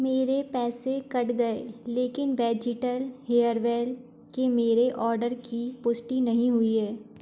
मेरे पैसे कट गए लेकिन वेजिटल हेयरवेल के मेरे ऑर्डर की पुष्टि नहीं हुई है